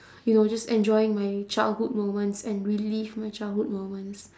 you know just enjoying my childhood moments and relive my childhood moments